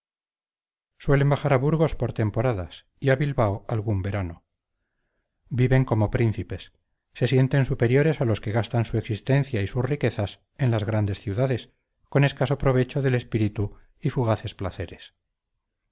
suelen bajar a burgos por temporadas y a bilbao algún verano viven como príncipes se sienten superiores a los que gastan su existencia y sus riquezas en las grandes ciudades con escaso provecho del espíritu y fugaces placeres